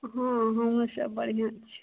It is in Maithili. हँ हमहूँसभ बढ़िआँ छिए